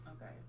Okay